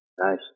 Nice